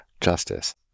justice